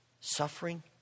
suffering